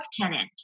tenant